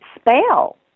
spell